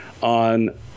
on